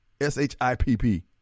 s-h-i-p-p